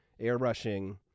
airbrushing